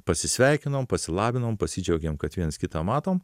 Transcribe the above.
pasisveikinom pasilabinom pasidžiaugėm kad vienas kitą matom